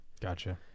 Gotcha